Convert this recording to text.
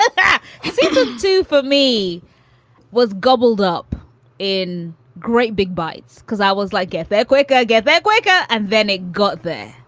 yeah it like do for me was gobbled up in great big bites cause i was like, get there quick i get there quicker. and then it got there.